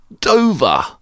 Dover